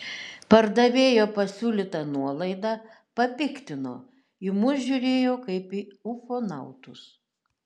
pardavėjo pasiūlyta nuolaida papiktino į mus žiūrėjo kaip į ufonautus